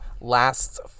lasts